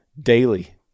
daily